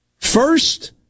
First